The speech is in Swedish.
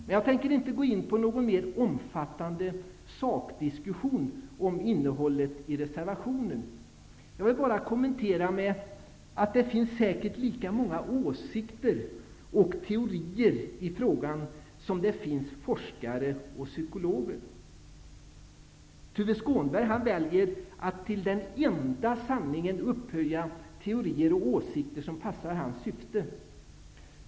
Men jag tänker inte gå in på någon mer omfattande sakdiskussion om innehållet i reservationen. Jag vill bara göra en kommentar. Det finns säkert lika många åsikter och teorier på området som det finns forskare och psykologer. Tuve Skånberg väljer att till den enda sanningen upphöja teorier och åsikter som passar hans syfte.